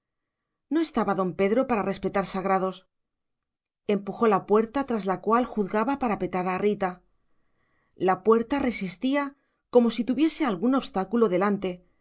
no estaba don pedro para respetar sagrados empujó la puerta tras la cual juzgaba parapetada a rita la puerta resistía como si tuviese algún obstáculo delante